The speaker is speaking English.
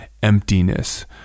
emptiness